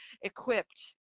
equipped